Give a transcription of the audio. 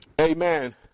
amen